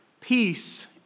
Peace